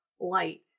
light